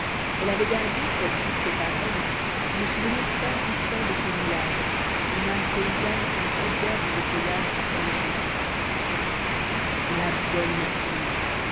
elle avait gardé comme toutes ses pareilles le souvenir persistant de son village une âme paysanne qu'un peu d'herbe ou de feuillage attendrit la bonne matinée